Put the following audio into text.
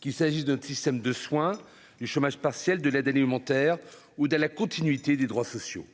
qu'il s'agisse d'un système de soins du chômage partiel de l'aide alimentaire ou dans la continuité des droits sociaux,